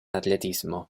atletismo